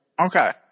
Okay